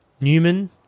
Newman